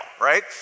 right